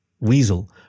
Weasel